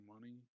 money